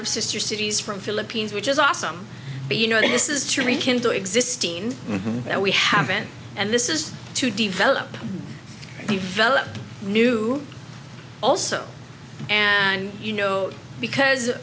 of sister cities from philippines which is awesome but you know this is to rekindle existing that we haven't and this is to develop the vellum new also and you know because